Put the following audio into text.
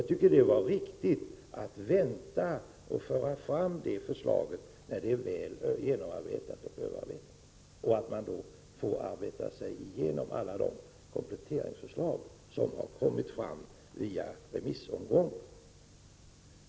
Jag tycker att det då var riktigt att vänta med att föra fram detta förslag så att det blir väl genomarbetat och så att man får arbeta sig igenom alla kompletteringsförslag som har kommit fram i remissomgången.